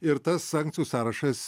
ir tas sankcijų sąrašas